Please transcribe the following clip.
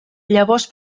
llavors